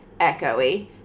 echoey